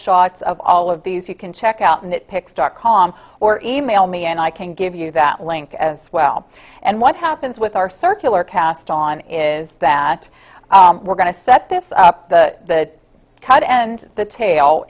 shots of all of these you can check out and it picks dot com or e mail me and i can give you that link as well and what happens with our circular cast on is that we're going to set this up the cut and the tail